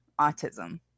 autism